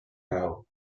raó